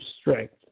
strength